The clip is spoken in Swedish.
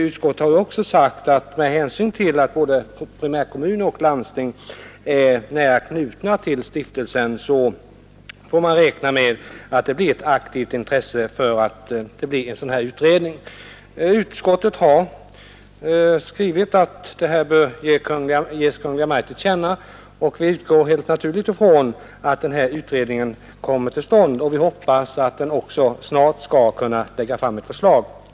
Utskottet har också sagt att med hänsyn till att både primärkommuner och landsting är nära knutna till stiftelsen man får räkna med ett aktivt intresse för att det blir en sådan här utredning. Utskottet har skrivit att detta bör ges Kungl. Maj:t till känna, och vi utgår då helt naturligt ifrån att den här utredningen kommer till stånd, och vi hoppas att den snart skall kunna lägga fram ett förslag.